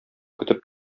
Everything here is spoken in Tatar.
көтеп